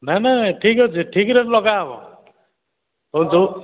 ନା ନା ଠିକ୍ ଅଛି ଠିକ୍ ରେଟ୍ ଲଗାହେବ ହଉ ଦଉ